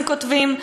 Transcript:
הם כותבים,